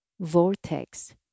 vortex